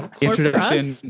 introduction